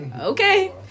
okay